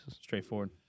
straightforward